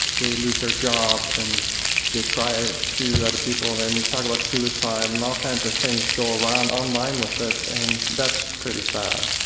they lose their jobs and they cry to other people and and talk about suicide and all kinds of things go around online with it. and that's pretty sad.